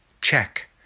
check